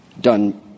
done –